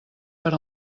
per